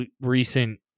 recent